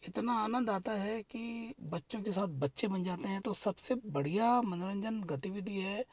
इतना आनंद आता है की बच्चों के साथ बच्चे बन जाते है तो सबसे बढ़िया मनोरंजन गतिविधि है